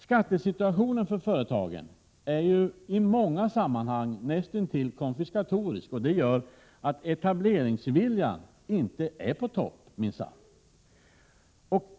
Skatterna för företagen är i många sammanhang näst intill konfiskatoriska, och det gör att etableringsviljan inte är på topp.